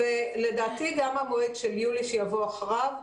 לדעתי גם המועד של יולי שיבוא אחריו,